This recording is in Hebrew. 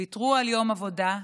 ויתרו על יום עבודה,